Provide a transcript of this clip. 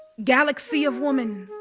galaxy of woman,